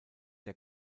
der